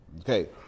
Okay